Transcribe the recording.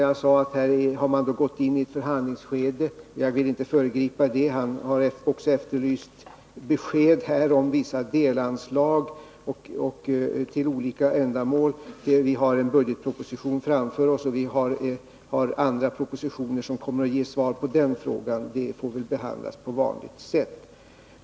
Jag sade att man har gått in i ett förhandlingsskede, och jag vill inte föregripa det. Han har också efterlyst besked om vissa delanslag till olika ändamål. Vi har en budgetproposition framför oss, och vi har andra propositioner, som kommer att ge svar på den frågan; den får väl behandlas på vanligt sätt.